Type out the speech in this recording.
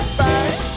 bye